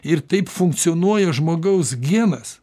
ir taip funkcionuoja žmogaus genas